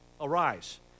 Arise